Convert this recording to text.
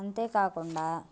అంతే కాకుండా